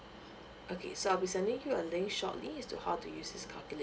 okay so I'll be sending you a link shortly is to how to use this calculator